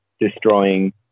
destroying